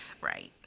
right